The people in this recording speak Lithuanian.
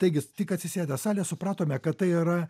taigi tik atsisėdę salėj supratome kad tai yra